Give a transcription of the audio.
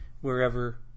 wherever